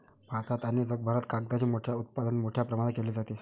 भारतात आणि जगभरात कागदाचे उत्पादन मोठ्या प्रमाणावर केले जाते